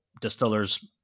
distillers